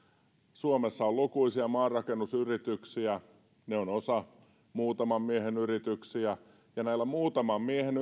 suomessa on lukuisia maanrakennusyrityksiä niistä osa on muutaman miehen yrityksiä ja nämä muutaman miehen